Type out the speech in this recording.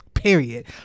Period